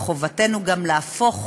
מחובתנו גם להפוך